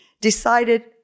decided